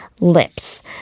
lips